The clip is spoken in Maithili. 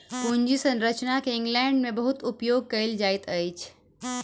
पूंजी संरचना के इंग्लैंड में बहुत उपयोग कएल जाइत अछि